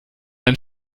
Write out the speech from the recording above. ein